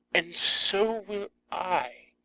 and so will i,